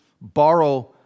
borrow